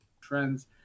trends